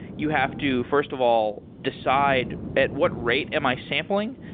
you have to, first of all, decide at what rate am i sampling?